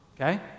okay